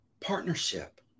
partnership